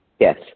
Yes